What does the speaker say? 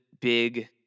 big